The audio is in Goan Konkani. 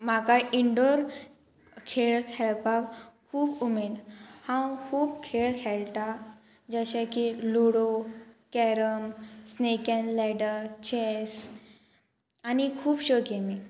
म्हाका इनडोर खेळ खेळपाक खूब उमेद हांव खूब खेळ खेळटा जशें की ludo carrom snake and ladder chess आनी खुबश्यो गेमी